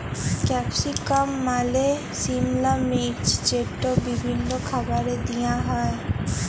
capsicum মালে সিমলা মির্চ যেট বিভিল্ল্য খাবারে দিঁয়া হ্যয়